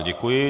Děkuji.